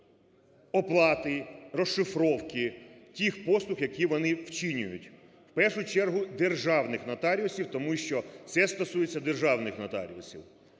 оплати розшифровки тих послуг, які вони вчиняють, в першу чергу державних нотаріусів, тому що це стосується державних нотаріусів.